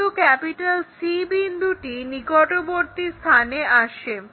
কিন্তু C বিন্দুটি নিকটবর্তী স্থানে আসে